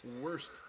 worst